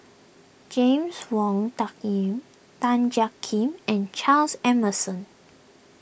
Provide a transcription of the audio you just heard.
James Wong Tuck Yim Tan Jiak Kim and Charles Emmerson